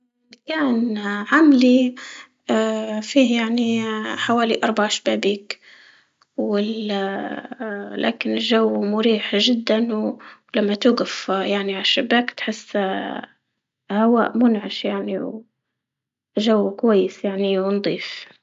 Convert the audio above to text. اه كان اه عملة اه فيه يعني اه حوالي أربع حبابيك، لكن الجو مريح جداً ولما توقف اه يعني عالشباك تحس اه هواء منعش يعني جو كويس يعني ونضيف.